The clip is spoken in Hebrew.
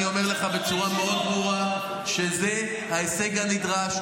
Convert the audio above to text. אני אומר לך בצורה מאוד ברורה: זה ההישג הנדרש,